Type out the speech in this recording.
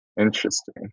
Interesting